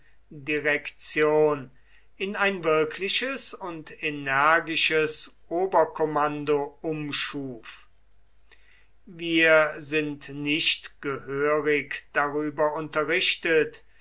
direktion in ein wirkliches und energisches oberkommando umschuf wir sind nicht gehörig darüber unterrichtet